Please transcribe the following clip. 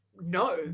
no